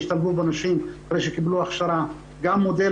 שנשים השתלבו אחרי שקיבלו הכשרה גם מודל